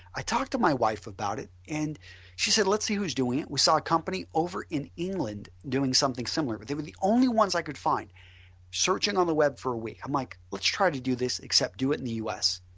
i talked to my wife about it and she said let's see who is doing it. we saw a company over in england doing something similar but they were the only ones i could find searching on the web for a week. i'm like let's try to do this except do it in the u s.